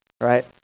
right